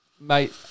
Mate –